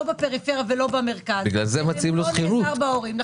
לא בפריפריה ולא במרכז אם הוא לא נעזר בהורים.